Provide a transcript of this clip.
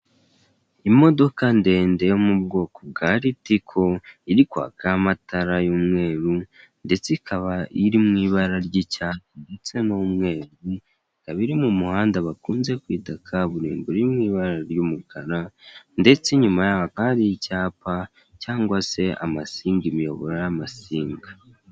Imodoka ndende yo mu bwoko bwa ritiko iri kwakaho amatara y'umweru ndetse ikaba iri mu ibara ry'icyatsi ndetse n'umweru ikaba iri mu muhanda bakunze kwita kaburimbo uri mu mabara y'umukara ndetse inyuma yaho hakaba hari icyapa cyanwa se amasinga imiyoboro y'amasinga.